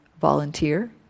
volunteer